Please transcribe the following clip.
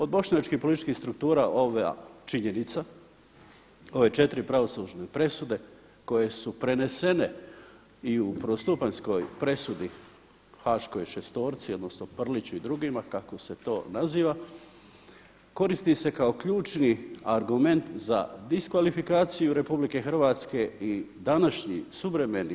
Od bošnjačkih političkih struktura ova činjenica ove četiri pravosudne presude koje su prenesene i u prvostupanjskoj presudi haškoj šestorci odnosno Prliću i drugima kako se to naziva, koristi se kao ključni argument za diskvalifikaciju RH i današnji suvremeni